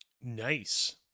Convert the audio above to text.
Nice